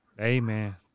amen